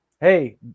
hey